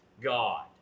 God